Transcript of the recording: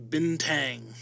Bintang